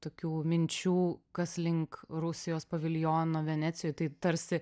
tokių minčių kas link rusijos paviljono venecijoj tai tarsi